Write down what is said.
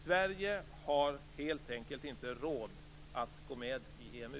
Sverige har helt enkelt inte råd att gå med i